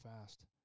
fast